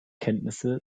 kenntnisse